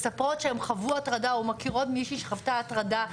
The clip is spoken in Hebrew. והן מספרות שהן חוו הטרדה או מכירות מישהי שחוותה הטרדה,